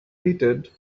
heated